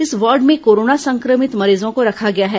इस वार्ड में कोरोना संक्रमित मरीजों को रखा गया है